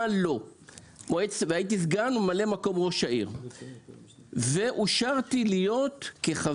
מה לא והייתי סגן ממלא מקום ראש העיר ואושרתי להיות כחבר